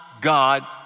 God